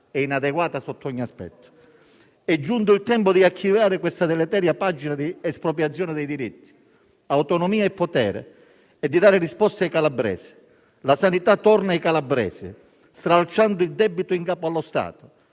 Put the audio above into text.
È giunto il tempo di archiviare questa deleteria pagina di espropriazione di diritti, autonomia e potere e di dare risposte ai calabresi. La sanità torni ai calabresi, stralciando il debito in capo allo Stato